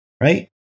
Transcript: right